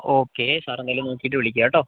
okay sir എന്തായാലും നോക്കിയിട്ട് വിളിക്കുക കേട്ടോ